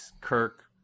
Kirk